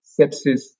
sepsis